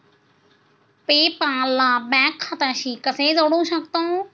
पे पाल ला बँक खात्याशी कसे जोडू शकतो?